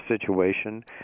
situation